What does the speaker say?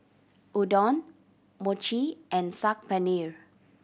Udon Mochi and Saag Paneer